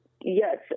yes